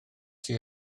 sydd